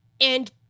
And